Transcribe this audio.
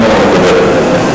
אוקיי.